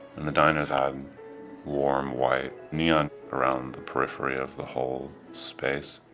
and the diner had warm-white neon around the periphery of the whole space.